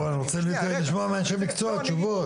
אבל אני רוצה לשמוע מאנשי המקצוע תשובות.